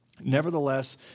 Nevertheless